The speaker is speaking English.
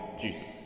Jesus